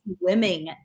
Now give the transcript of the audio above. swimming